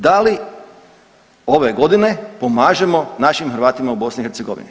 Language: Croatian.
Da li ove godine pomažemo našim Hrvatima u BiH?